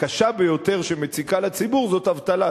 הקשה ביותר שמציקה לציבור זאת האבטלה,